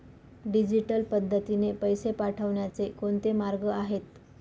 Digital पद्धतीने पैसे पाठवण्याचे कोणते मार्ग आहेत?